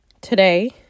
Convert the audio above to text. Today